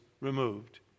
removed